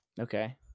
Okay